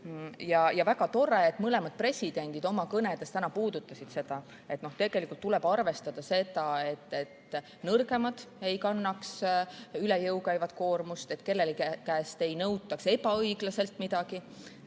Ja väga tore, et mõlemad presidendid oma kõnes täna puudutasid seda [teemat]. Tuleb arvestada seda, et nõrgemad ei kannaks üle jõu käivat koormust, et kellegi käest ei nõutaks ebaõiglaselt midagi.